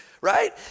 right